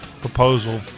proposal